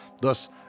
Thus